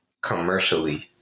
commercially